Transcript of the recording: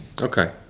Okay